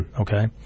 okay